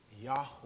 Yahweh